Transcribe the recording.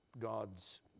God's